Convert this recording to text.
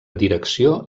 direcció